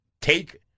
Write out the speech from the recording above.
take